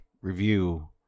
review